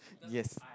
yes